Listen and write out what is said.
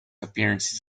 appearances